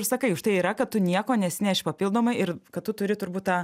ir sakai už tai yra kad tu nieko nesineši papildomai ir kad tu turi turbūt tą